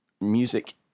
music